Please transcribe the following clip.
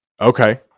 Okay